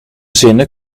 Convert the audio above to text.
zinnen